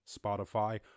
Spotify